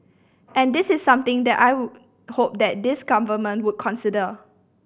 and this is something that I would hope that this Government would consider